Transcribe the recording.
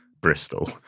Bristol